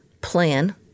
plan